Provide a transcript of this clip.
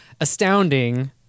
astounding